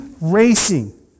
racing